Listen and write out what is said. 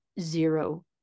zero